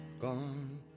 Gone